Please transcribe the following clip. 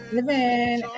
Living